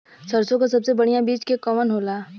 सरसों क सबसे बढ़िया बिज के कवन होला?